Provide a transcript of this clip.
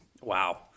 Wow